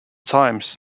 times